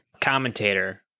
commentator